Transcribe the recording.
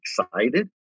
excited